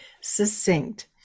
succinct